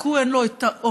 רק הוא, אין לו את האומץ.